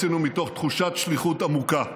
עשינו מתוך תחושת שליחות עמוקה.